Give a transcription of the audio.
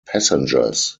passengers